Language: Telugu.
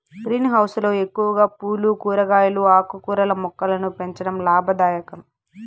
గ్రీన్ హౌస్ లో ఎక్కువగా పూలు, కూరగాయలు, ఆకుకూరల మొక్కలను పెంచడం లాభదాయకం